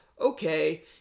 Okay